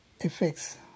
effects